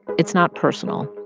it's not personal.